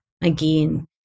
again